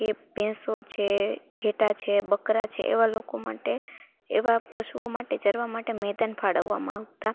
એ ભેંસો છે ઘેંટા છે બકરાં છે એવાં લોકો માટે એવાં પશુઓ માટે ચરવાં માટે મેદાન ફાળવવામાં આવતાં